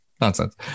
nonsense